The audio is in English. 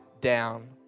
down